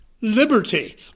Liberty